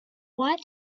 what